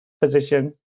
position